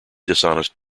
dishonest